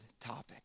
topic